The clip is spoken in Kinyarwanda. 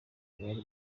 bari